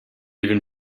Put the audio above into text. even